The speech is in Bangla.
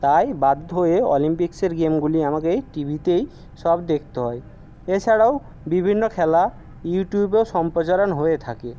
তাই বাধ্য হয়ে অলিম্পিক্সের গেমগুলি আমাকেই টিভিতেই সব দেখতে হয় এছাড়াও বিভিন্ন খেলা ইউটিউবেও সম্প্রচার হয়ে থাকে